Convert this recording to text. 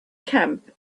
camp